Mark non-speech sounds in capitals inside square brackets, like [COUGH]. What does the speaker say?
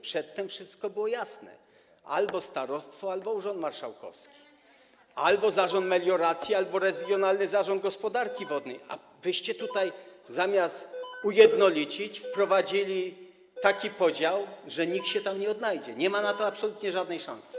Przedtem wszystko było jasne: albo starostwo, albo urząd marszałkowski, albo zarząd melioracji, [NOISE] albo regionalny zarząd gospodarki wodnej, a wy zamiast ujednolicić, wprowadziliście taki podział, że nikt się tam nie odnajdzie, nie ma na to absolutnie żadnej szansy.